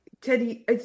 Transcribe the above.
Teddy